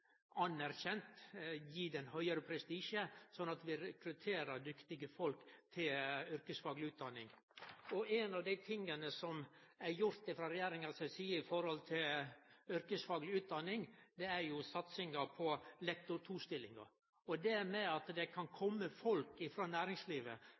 anerkjent og gje ho høgare prestisje, slik at vi rekrutterer dyktige folk til yrkesfagleg utdanning. Ein av dei tinga som er gjort frå regjeringa si side når det gjeld yrkesfagleg utdanning, er satsinga på lektor 2-stillingar. Det at det kan